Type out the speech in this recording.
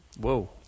Whoa